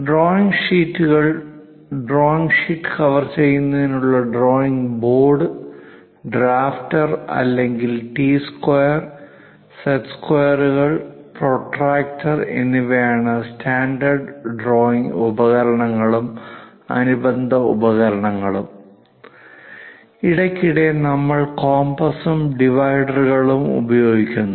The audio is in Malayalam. ഡ്രോയിംഗ് ഷീറ്റുകൾ ഡ്രോയിംഗ് ഷീറ്റ് കവർ ചെയ്യുന്നതിനുള്ള ഡ്രോയിംഗ് ബോർഡ് ഡ്രാഫ്റ്റർ അല്ലെങ്കിൽ ടി സ്ക്വയർ സെറ്റ് സ്ക്വയറുകൾ പ്രൊട്ടക്റ്റർ എന്നിവയാണ് സ്റ്റാൻഡേർഡ് ഡ്രോയിംഗ് ഉപകരണങ്ങളും അനുബന്ധ ഉപകരണങ്ങളും ഇടയ്ക്കിടെ നമ്മൾ കോമ്പസും ഡിവൈഡറുകളും ഉപയോഗിക്കുന്നു